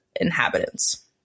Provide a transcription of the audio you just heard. inhabitants